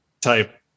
type